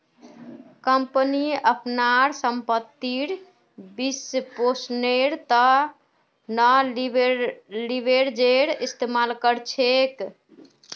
company अपनार संपत्तिर वित्तपोषनेर त न लीवरेजेर इस्तमाल कर छेक